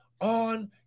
on